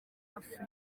afurika